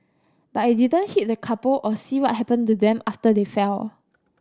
but I didn't hit the couple or see what happened to them after they fell